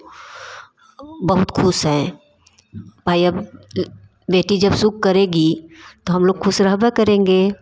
बहुत खुश हैं भाई अब बेटी जब सुख करेगी तो हम लोग खुश रहबे करेंगे